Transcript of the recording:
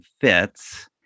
fits